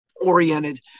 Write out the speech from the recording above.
oriented